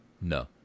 No